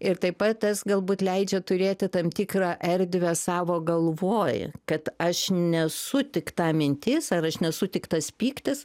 ir taip pat tas galbūt leidžia turėti tam tikrą erdvę savo galvoj kad aš nesu tik ta mintis ar aš nesu tik tas pyktis